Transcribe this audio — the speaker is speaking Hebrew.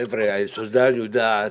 חבר'ה, סוזן יודעת,